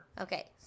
Okay